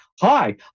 hi